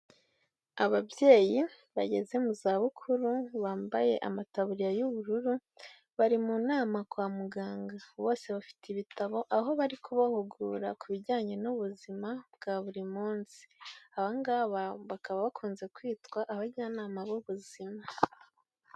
Ababyeyi bageze mu za bukuru, bambaye amataburiya y'ubururu, bari mu nama kwa muganga. Bose bafite ibitabo, aho bari kubahugura ku bijyanye n'ubuzima bwa buri munsi. Aba ngaba bakaba bakunze kwitwa abajyanama b'ubuzima.